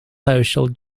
social